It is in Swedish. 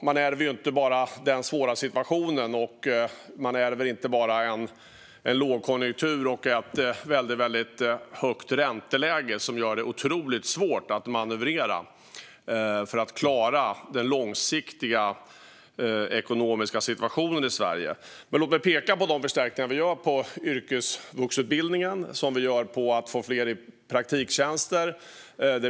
Man ärver ju inte bara den svåra situationen, en lågkonjunktur och ett väldigt högt ränteläge som gör det otroligt svårt att manövrera för att klara den långsiktiga ekonomiska situationen i Sverige. Låt mig peka på de förstärkningar som vi gör på yrkesvuxenutbildning och på att få fler i praktiktjänster.